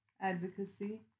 advocacy